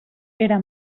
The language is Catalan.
era